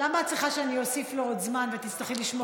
למה את צריכה שאני אוסיף לו עוד זמן ותצטרכי לשמוע אותו יותר?